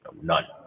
none